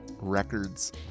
Records